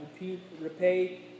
Repay